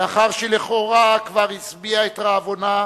לאחר שלכאורה כבר השביעה את רעבונה,